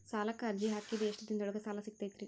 ಸಾಲಕ್ಕ ಅರ್ಜಿ ಹಾಕಿದ್ ಎಷ್ಟ ದಿನದೊಳಗ ಸಾಲ ಸಿಗತೈತ್ರಿ?